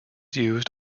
used